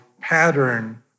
pattern